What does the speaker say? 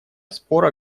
спора